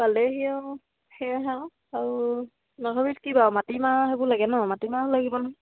পালেহি আকৌ সেয়া আকৌ আৰু মাঘৰ বিহুত কি বাৰু মাটিমাহ সেইবোৰ লাগে ন মাটি মাহো লাগিব নহয়